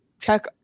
Check